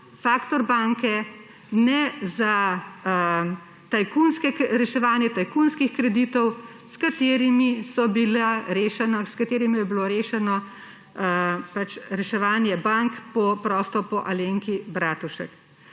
ne za reševanje tajkunskih kreditov, s katerimi je bilo rešeno reševanje bank prosto po Alenki Bratušek.